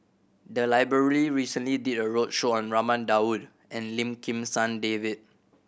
the library recently did a roadshow on Raman Daud and Lim Kim San David